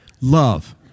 Love